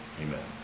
amen